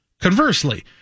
Conversely